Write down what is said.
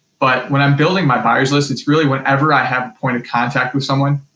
but when i'm building my buyers list, it's really whenever i have point of contact with someone,